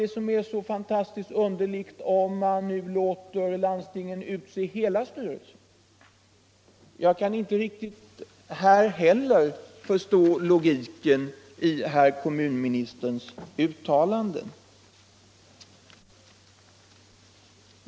Vad är det då som är så underligt om man nu låter landstingen utse hela styrelsen? Inte heller där kan jag riktigt förstå logiken i kommunministerns uttalande.